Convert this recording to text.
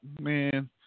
man